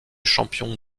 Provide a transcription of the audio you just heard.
champion